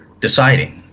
deciding